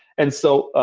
and so,